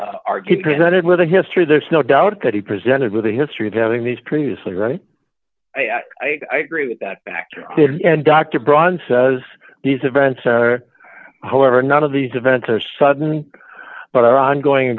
argue presented with a history there's no doubt that he presented with a history of having these previously right i agree with that actor and dr braun says these events are however none of these events are sudden but are ongoing